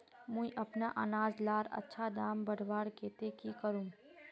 मुई अपना अनाज लार अच्छा दाम बढ़वार केते की करूम?